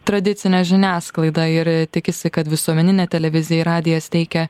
tradicine žiniasklaida ir tikisi kad visuomeninė televizija radijas teikia